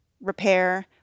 repair